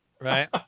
Right